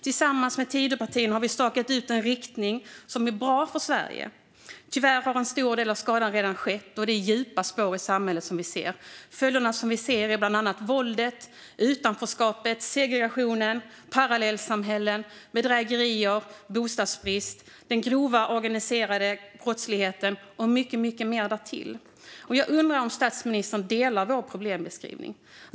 Tillsammans har Tidöpartierna stakat ut en riktning som är bra för Sverige. Tyvärr har en stor del av skadan redan skett, och vi ser djupa spår i samhället. Följderna är bland annat våldet, utanförskapet, segregationen, parallellsamhällena, bedrägerierna, bostadsbristen, den grova organiserade brottsligheten och mycket mer därtill. Jag undrar om statsministern håller med om vår problembeskrivning.